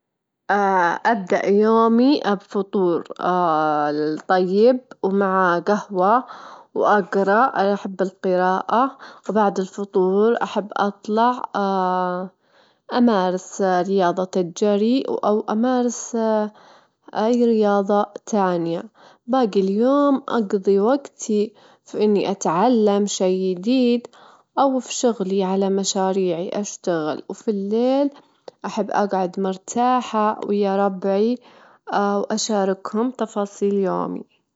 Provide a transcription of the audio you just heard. نوعين من الطعام لبقية حياتي، أختار الأرز والدياي، لأنهم وجبة متكاملة وسهلة، وأجدر أضيف لهم الخضار أوالصوصات عشان أغير النكهة كل مرة، أنا من عشاق الدياي، أحبه مرة، أحبه مشوي، مقلي، مطبوخ، بكل أنواعه.